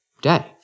day